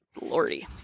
Lordy